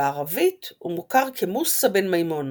בערבית הוא מוכר כמוסא בן מימון,